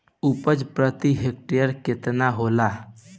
उपज प्रति हेक्टेयर केतना होला?